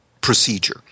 procedure